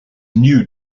new